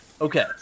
Okay